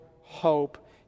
hope